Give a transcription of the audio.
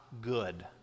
good